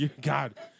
God